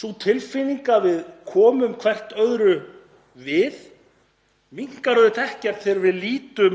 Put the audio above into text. Sú tilfinning að við komum hvert öðru við minnkar ekkert þegar við lítum